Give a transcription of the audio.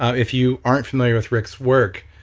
if you aren't familiar with rick's work,